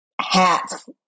hats